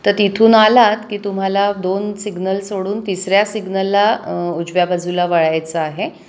तर तिथून आलात की तुम्हाला दोन सिग्नल सोडून तिसऱ्या सिग्नलला उजव्या बाजूला वळायचं आहे